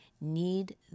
need